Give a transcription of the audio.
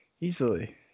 Easily